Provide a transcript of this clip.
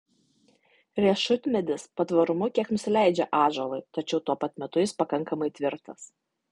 riešutmedis patvarumu kiek nusileidžia ąžuolui tačiau tuo pat metu jis pakankamai tvirtas